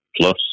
plus